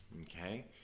Okay